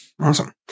Awesome